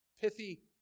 pithy